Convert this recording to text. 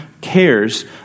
cares